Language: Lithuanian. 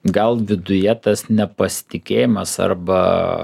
gal viduje tas nepasitikėjimas arba